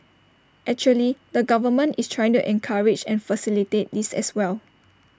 actually the government is trying to encourage and facilitate this as well